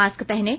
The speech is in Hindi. मास्क पहनें